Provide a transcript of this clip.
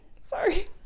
Sorry